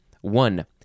One